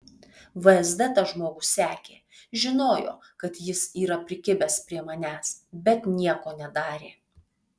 vsd tą žmogų sekė žinojo kad jis yra prikibęs prie manęs bet nieko nedarė